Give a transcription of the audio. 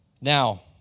Now